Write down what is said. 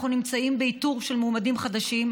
אנחנו נמצאים באיתור של מועמדים חדשים.